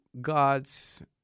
gods